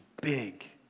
big